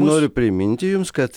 noriu priminti jums kad